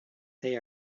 they